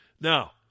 Now